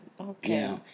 Okay